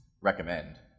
recommend